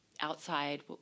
outside